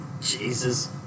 Jesus